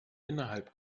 innerhalb